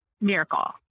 miracle